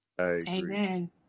amen